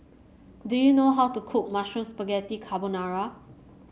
do you know how to cook Mushroom Spaghetti Carbonara